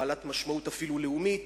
בעלת משמעות אפילו לאומית,